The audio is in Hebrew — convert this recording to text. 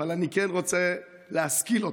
אבל אני כן רוצה להשכיל אותך,